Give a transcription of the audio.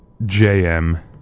JM